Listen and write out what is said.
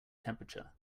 temperature